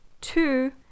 two